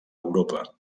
europa